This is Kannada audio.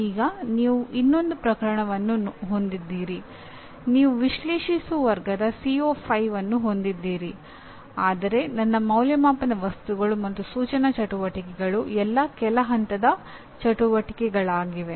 ಈಗ ನೀವು ಇನ್ನೊಂದು ಪ್ರಕರಣವನ್ನು ಹೊಂದಿದ್ದೀರಿ ನೀವು ವಿಶ್ಲೇಷಿಸು ವರ್ಗದ CO5 ಅನ್ನು ಹೊಂದಿದ್ದೀರಿ ಆದರೆ ನನ್ನ ಅಂದಾಜುವಿಕೆಯ ವಸ್ತುಗಳು ಮತ್ತು ಸೂಚನಾ ಚಟುವಟಿಕೆಗಳು ಎಲ್ಲಾ ಕೆಳ ಹಂತದ ಚಟುವಟಿಕೆಗಳಾಗಿವೆ